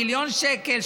מיליון שקל,